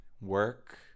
work